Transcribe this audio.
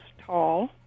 tall